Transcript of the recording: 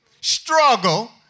struggle